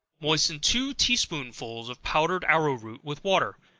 moisten two tea-spoonsful of powdered arrow-root with water,